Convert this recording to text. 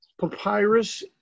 papyrus